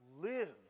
live